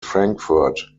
frankfurt